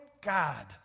God